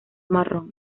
marrón